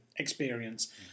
experience